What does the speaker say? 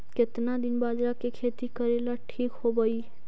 केतना दिन बाजरा के खेती करेला ठिक होवहइ?